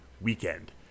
weekend